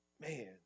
man